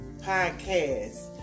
Podcast